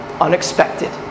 unexpected